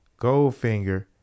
Goldfinger